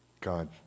God